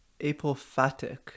apophatic